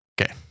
Okay